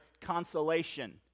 consolation